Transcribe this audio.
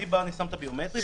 אני שם את הביומטרי,